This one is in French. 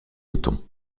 peloton